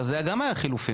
אבל זה גם היה חילופין.